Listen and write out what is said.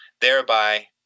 thereby